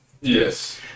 Yes